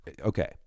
okay